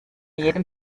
jedem